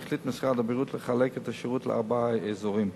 החליט משרד הבריאות לחלק את השירות לארבעה אזורים: